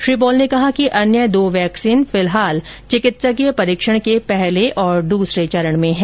श्री पॉल ने कहा कि अन्य दो वैक्सीन फिलहाल चिकित्सकीय परीक्षण के पहले और दूसरे चरण में हैं